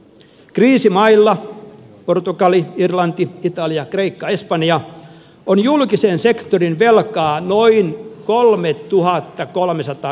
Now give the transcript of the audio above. kriisimailla portugali irlanti italia kreikka espanja on julkisen sektorin velkaa noin kolmetuhattakolmesataa